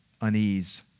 unease